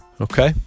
Okay